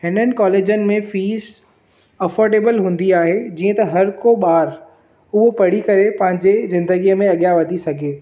हिननि कॉलजनि में फ़ीस अफोर्डेबल हूंदी आहे जीअं त हर को ॿारु उहो पढ़ी करे पंहिंजी ज़िंदगीअ में अॻियां वधी सघे